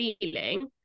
feeling